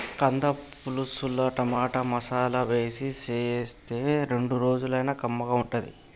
కంద పులుసుల టమాటా, మసాలా వేసి చేస్తే రెండు రోజులైనా కమ్మగా ఉంటది